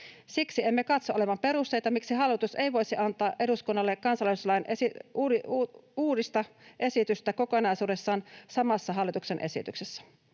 Siksi emme katso olevan perusteita, miksi hallitus ei voisi antaa eduskunnalle kansalaisuuslain uudistusesitystä kokonaisuudessaan samassa hallituksen esityksessä